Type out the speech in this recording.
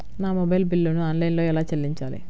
నా మొబైల్ బిల్లును ఆన్లైన్లో ఎలా చెల్లించాలి?